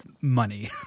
money